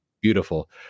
Beautiful